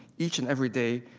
each and every day,